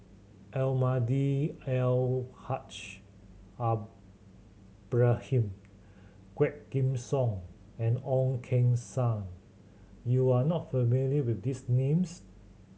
Almahdi Al Haj Ibrahim Quah Kim Song and Ong Keng Sen you are not familiar with these names